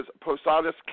Posadas